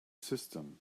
system